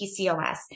pcos